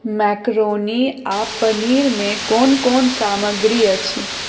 macaroni आ पनीर मे कोन कोन सामग्री अछि